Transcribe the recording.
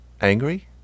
angry